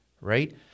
right